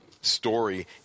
story